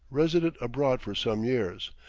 resident abroad for some years,